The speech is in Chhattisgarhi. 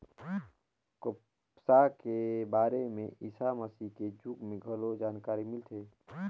कपसा के बारे में ईसा मसीह के जुग में घलो जानकारी मिलथे